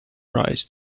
rides